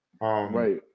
Right